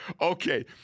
Okay